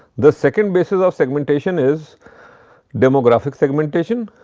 the second bases of segmentation is demographic segmentation.